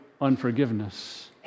unforgiveness